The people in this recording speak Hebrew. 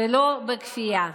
ולא בכפייה.